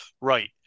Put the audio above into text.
Right